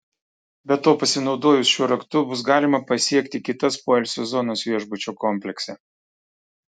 be to pasinaudojus šiuo raktu bus galima pasiekti kitas poilsio zonas viešbučio komplekse